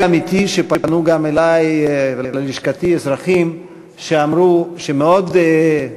וזה אמיתי: פנו גם אלי ואל לשכתי אזרחים שאמרו שמאוד,